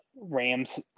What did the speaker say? Rams